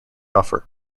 offer